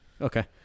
okay